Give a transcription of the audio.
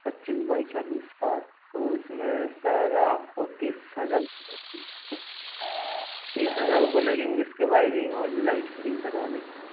पच्चीस बाई चालीस का तो इसमें सर आपको तीस हज़ार तीस हज़ार रुपये लगेंगे इसके वायररिंग और लाइट फिटिंग करवाने के